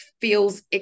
feels